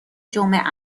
جمعه